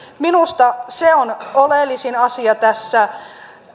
minusta se on oleellisin asia tässä